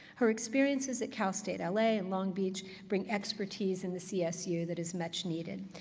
her experiences at cal state l a. and long beach bring expertise in the csu that is much needed.